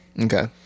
okay